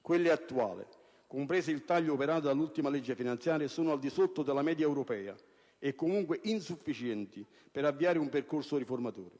Quelle attuali, compreso il taglio operato dall'ultima legge finanziaria, sono al di sotto della media europea e, comunque, insufficienti per avviare un percorso riformatore.